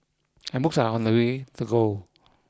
and books are on the way to go